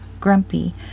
grumpy